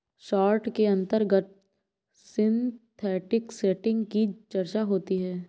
short के अंतर्गत synthetic setting की चर्चा होती है